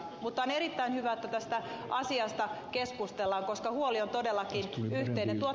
mutta on erittäin hyvä että tästä asiasta keskustellaan koska huoli on todellakin yhteinen